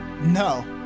no